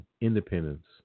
independence